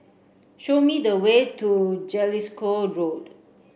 show me the way to Jellicoe Road